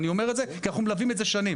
אני אומר את זה כי אנחנו מלווים את זה שנים